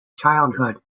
childhood